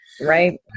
Right